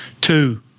Two